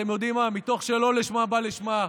אתם יודעים מה, מתוך שלא לשמה בא לשמה.